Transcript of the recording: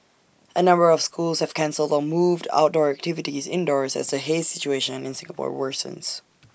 A number of schools have cancelled or moved outdoor activities indoors as the haze situation in Singapore worsens